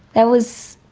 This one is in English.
that was,